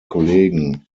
kollegen